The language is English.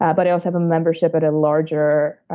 ah but i also have a membership at a larger,